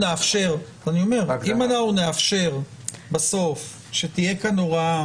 אם אנחנו נאפשר בסוף שתהיה כאן הוראה